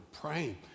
praying